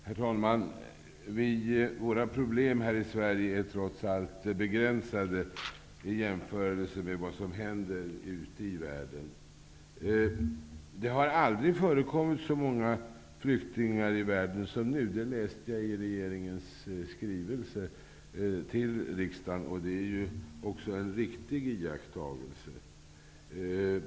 Herr talman! Våra problem här i Sverige är trots allt begränsade i jämförelse med vad som händer ute i världen. Det har aldrig förekommit så många flyktingar i världen som nu, det läste jag i regeringens skri velse till riksdagen. Det är en riktig iakttagelse.